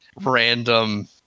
random